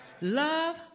love